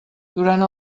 durant